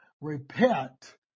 repent